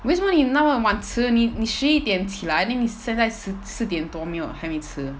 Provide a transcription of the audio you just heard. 为什么你那么晚吃你你十一起来 then 你现在四四点多没有还没吃